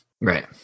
Right